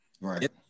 right